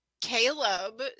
Caleb